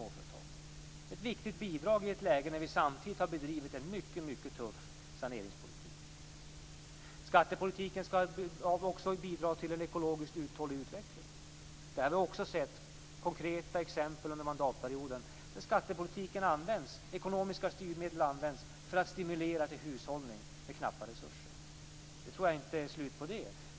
Det är ett viktigt bidrag i ett läge när vi samtidigt har bedrivit en mycket tuff saneringspolitik. Skattepolitiken skall också bidra till en ekologiskt uthållig utveckling. Det har vi också sett konkreta exempel på under mandatperioden. Skattepolitik och ekonomiska styrmedel har använts för att stimulera till hushållning med knappa resurser. Jag tror inte att det är slut på det.